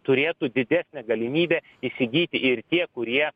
turėtų didesnę galimybę įsigyti ir tie kurie